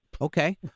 Okay